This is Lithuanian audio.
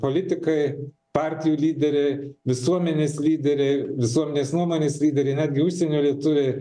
politikai partijų lyderiai visuomenės lyderiai visuomenės nuomonės lyderiai netgi užsienio lietuviai